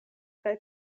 kaj